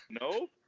No